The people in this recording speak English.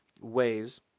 ways